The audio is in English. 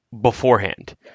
beforehand